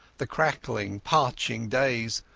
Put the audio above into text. the crackling, parching days,